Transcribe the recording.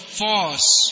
force